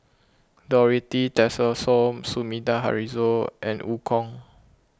Dorothy Tessensohn Sumida Haruzo and Eu Kong